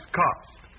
cost